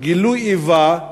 גילוי איבה,